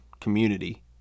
community